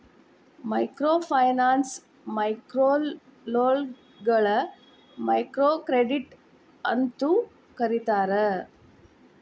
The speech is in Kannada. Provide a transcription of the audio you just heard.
ಮೈಕ್ರೋಫೈನಾನ್ಸ್ ಮೈಕ್ರೋಲೋನ್ಗಳ ಮೈಕ್ರೋಕ್ರೆಡಿಟ್ ಅಂತೂ ಕರೇತಾರ